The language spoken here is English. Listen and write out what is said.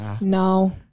No